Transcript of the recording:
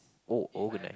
oh organise